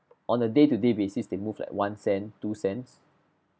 on a day to day basis they move like one cent two cents